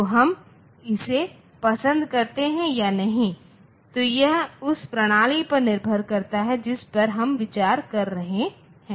तो हम इसे पसंद करते हैं या नहीं तो यह उस प्रणाली पर निर्भर करता है जिस पर हम विचार कर रहे हैं